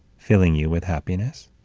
filling you with happiness.